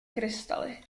krystaly